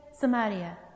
Samaria